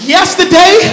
Yesterday